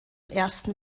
ersten